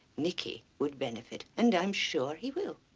nicky would benefit and i'm sure he will.